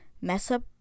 mess-up